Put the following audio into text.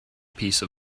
piece